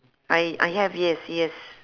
I I have yes yes